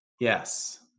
Yes